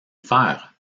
faire